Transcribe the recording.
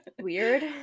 weird